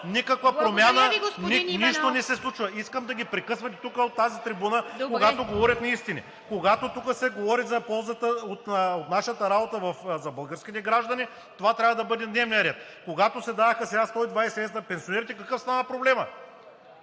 ИВАНОВ: ...нищо не се случва. Искам да ги прекъсвате от тази трибуна, когато говорят неистини, когато тук се говори за ползата от нашата работа за българските граждани! Това трябва да бъде дневният ред! Когато се даваха сега 120 лв. на пенсионерите, какъв стана проблемът?